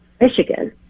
michigan